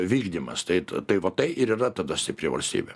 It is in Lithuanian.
vykdymas tait tai va tai ir yra tada stipri valstybė